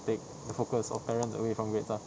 take the focus of parents away from grades ah